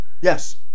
Yes